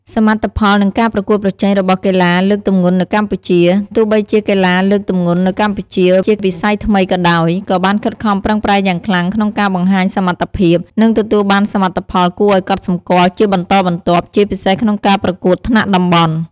សមិទ្ធផល និងការប្រកួតប្រជែងរបស់កីឡាលើកទម្ងន់នៅកម្ពុជា ទោះបីជាកីឡាលើកទម្ងន់នៅកម្ពុជាជាវិស័យថ្មីក៏ដោយ ក៏បានខិតខំប្រឹងប្រែងយ៉ាងខ្លាំងក្នុងការបង្ហាញសមត្ថភាព និងទទួលបានសមិទ្ធផលគួរឱ្យកត់សម្គាល់ជាបន្តបន្ទាប់ ជាពិសេសក្នុងការប្រកួតថ្នាក់តំបន់។